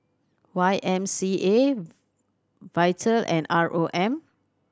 Y M C A Vital and R O M